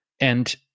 And-